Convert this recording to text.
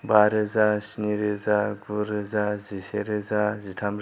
बा रोजा स्नि रोजा गु रोजा जिसे रोजा जिथाम